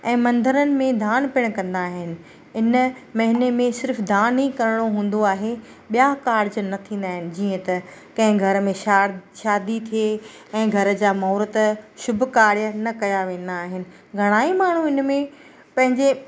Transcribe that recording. ऐं मंदरुनि में दान पिणु कंदा आहिनि इन महिने में सिर्फ़ु दान ई करणो हूंदो आहे ॿिया कार्ज न थींदा आहिनि जीअं त कंहिं घर में शादी शादी थिए ऐं घर जा महूरतु शुभ कार्य न कया वेंदा आहिनि घणाई माण्हू हिन में पंहिंजे